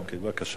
אוקיי, בבקשה.